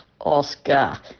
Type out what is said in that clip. oscar